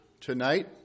tonight